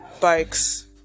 Bikes